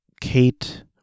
Kate